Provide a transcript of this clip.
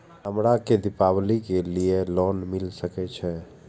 हमरा के दीपावली के लीऐ लोन मिल सके छे?